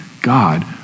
God